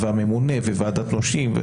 הממונה וועדת נושים.